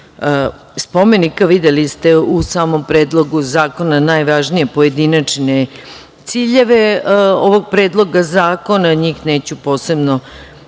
spomenika. Videli ste u samom Predlogu zakona najvažnije pojedinačne ciljeve ovog Predloga zakona. Njih neću posebno da